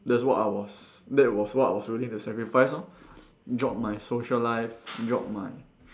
that's what I was that was what I was willing to sacrifice lor drop my social life drop my